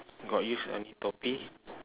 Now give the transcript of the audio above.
got use any toupee